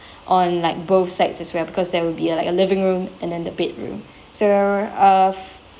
on like both sides as well because there would be like a living room and then the bedroom so uh